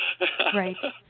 Right